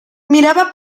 miraba